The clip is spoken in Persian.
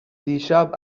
دیشب